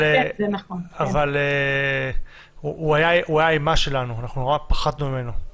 הוא היה האימה שלנו, אנחנו נורא פחדנו ממנו.